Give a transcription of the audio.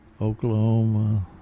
Oklahoma